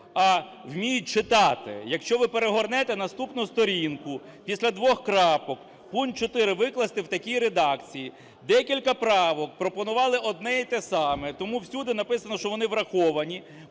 а вміють читати. Якщо ви перегорнете наступну сторінку, після двох крапок: пункт 4 викласти в такій редакції. Декілька правок пропонували одне і те саме, тому всюди написано, що вони враховані,